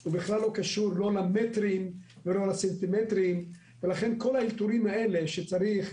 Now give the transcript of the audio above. זה לא קשור למטרים ולא לסנטימטרים ולכן כל האלתורים האלה שצריך,